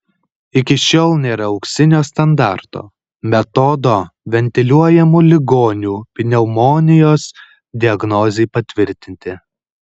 iki šiol nėra auksinio standarto metodo ventiliuojamų ligonių pneumonijos diagnozei patvirtinti